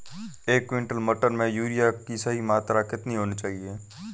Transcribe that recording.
एक क्विंटल मटर में यूरिया की सही मात्रा कितनी होनी चाहिए?